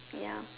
ya